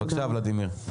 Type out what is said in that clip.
בבקשה, ולדימיר.